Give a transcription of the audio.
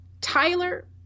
Tyler